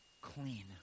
clean